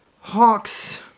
Hawks